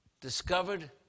discovered